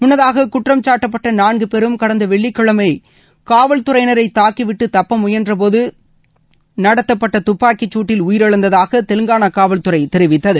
முன்னதாக குற்றம்காட்டப்பட்ட நான்கு பேரும் கடந்த வெள்ளிக்கிழமை காவல் துறையினரை தாக்கிவிட்டு தப்பமுயன்றபோது நடத்தப்பட்ட துப்பாக்கிச்சூட்டில் அவர்கள் உயிரிழந்ததாக தெலங்கானா காவல்துறை தெரிவித்தது